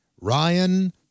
Ryan